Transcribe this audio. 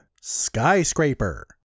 Skyscraper